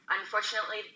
Unfortunately